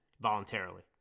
voluntarily